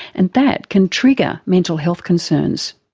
and that can trigger mental health concerns.